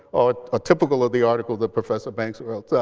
or ah typical of the article that professor banks wrote.